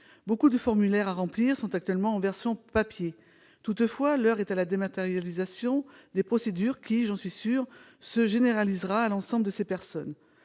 Beaucoup de formulaires à remplir sont actuellement disponibles en version papier. Toutefois, l'heure est à la dématérialisation des procédures, qui, j'en suis sûre, s'étendra à l'ensemble de ces personnes.